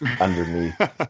underneath